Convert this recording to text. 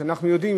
שאנחנו יודעים,